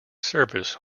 service